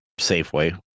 Safeway